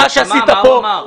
מה הוא אמר?